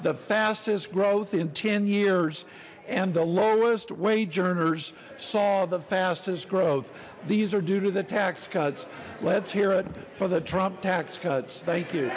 the fastest growth in ten years and the lowest wage earners saw the fastest growth these are due to the tax cuts let's hear it for the trump tax cuts thank you